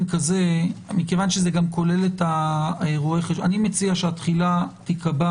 כי זה גם כולל את רואה חשבון אי מציע שהתחילה תיקבע